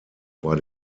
war